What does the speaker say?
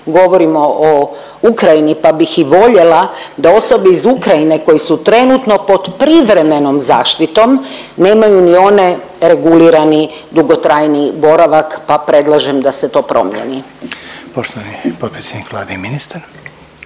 govorimo o Ukrajini pa bih i voljela da osobe iz Ukrajine koje su trenutno pod privremenom zaštitom nemaju ni one regulirani dugotrajniji boravak pa predlažem da se to promijeni. **Reiner, Željko (HDZ)** Poštovani potpredsjednik Vlade i ministar.